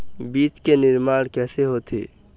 बीज के निर्माण कैसे होथे?